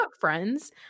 friends